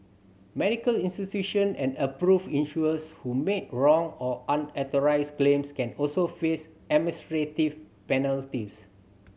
medical institution and approved insurers who make wrong or unauthorised claims can also face administrative penalties